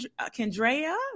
Kendra